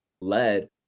led